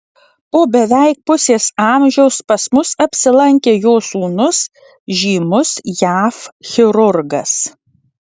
po beveik pusės amžiaus pas mus apsilankė jo sūnus žymus jav chirurgas